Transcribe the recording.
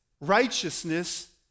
righteousness